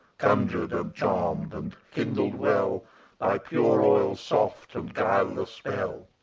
conjur'd and charm'd and kindled well by pure oil's soft and guileless spell,